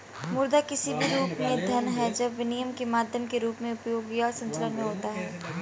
मुद्रा किसी भी रूप में धन है जब विनिमय के माध्यम के रूप में उपयोग या संचलन में होता है